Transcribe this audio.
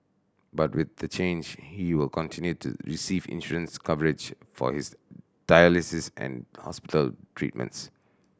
but with the change he will continue to receive insurance coverage for his dialysis and hospital treatments